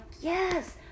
yes